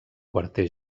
quarter